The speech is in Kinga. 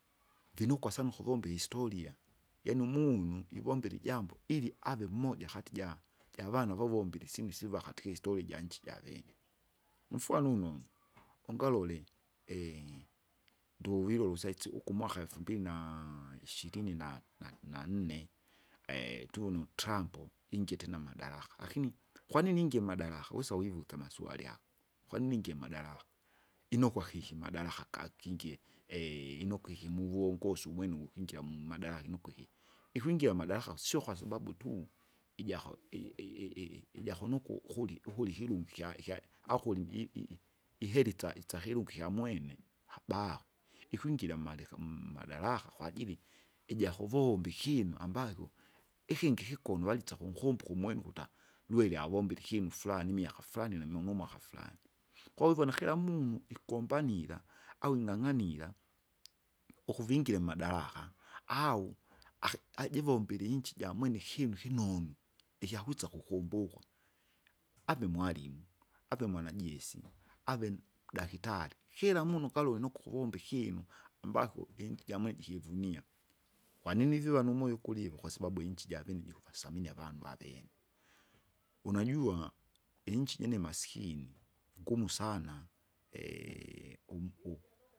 Vinukwa sana ukuvomba ihistoria, yaani umunu ivombera ijambo ilya ave mmoja kati ja- javana vavombile isyinu siva katika historia ijanchi javenye, mfwanuno ungalole, ndowilo ulusaisi ukumwaka efumbili na ishirini na- na- nanne, tuwona utrampo, ingie tena amadaraka. Lakini kwanini ingie mmadaraka wisa wivuse amaswari ago, kwanini ingie mmadaraka, inokwa kiki mmaraka gakingie inokwa ikimuvungusu umwene ukukingia mmadaraka nukwiki, ikwingia mmadaraka sio kwasababu tu, ijako i- i- i- ijako nuku ukuli ukuli ikilungu kya ikya aukuli mji- i- i- ihera itss- itsakiluga ikyamwene habako, ikwingira mmareka mmadaraka kwajili ijiakuvumba ikinu ambakyo ikingi kikuno valitsa kunkumbuka umwene ukuta lueli avombile ikinu flani imiaka flani namiumu mwaka flani. Kwawivona kira munu ikumbanila, au ing'ang'anila, ukuvingire mmadaraka, au aki- ajivombile iinchi jamwene ikinu kinonu, ikyakwisa kukumbukwa. Ave mwalimu, ave mwanajesi, aven dakitari. Kila munu kaluli nukuvomba ikinu ambako inchi jamwene jikivunia, kwanini ivi vanumoyo kuliwo? kwasababu iinchi javene jikuvasamini avandu avene. Unajua iinchi jene masikini, ngumu sana um- u.